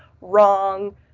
wrong